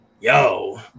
yo